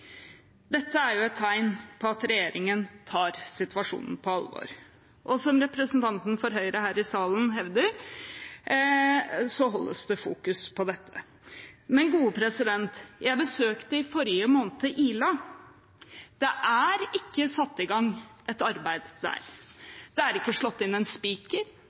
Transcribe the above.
Dette er et tegn på at regjeringen tar situasjonen på alvor. Og som representanten fra Høyre her i salen hevder, holdes det fokus på dette. Jeg besøkte i forrige måned Ila. Det er ikke satt i gang noe arbeid der. Det er ikke slått inn en spiker,